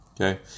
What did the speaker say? Okay